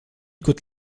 coûte